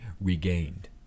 regained